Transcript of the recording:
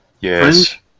yes